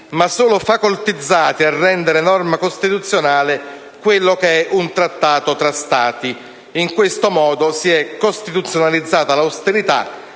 ma solo facoltizzati a rendere norma costituzionale quello che è un Trattato tra Stati. In tal modo si è costituzionalizzata l'austerità,